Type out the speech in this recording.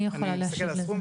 אני יכולה להשיב על זה.